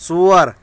ژور